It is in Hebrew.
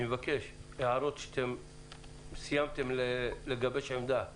אני מבקש הערות שאתם סיימתם לגבש עמדה לגביהן,